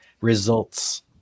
results